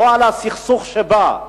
לא על הסכסוך שבה,